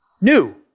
new